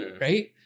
right